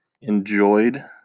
enjoyed